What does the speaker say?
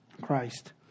Christ